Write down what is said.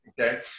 Okay